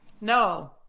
No